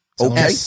Okay